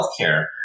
healthcare